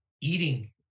eating